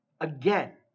again